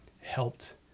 helped